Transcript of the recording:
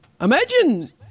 imagine